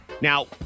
Now